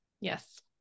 Yes